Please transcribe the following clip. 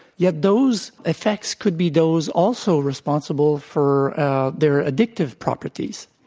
yet those effects could be those also responsible for their addictive properties.